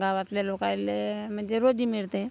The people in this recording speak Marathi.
गावातले लोकायले म्हणजे रोजी मिळते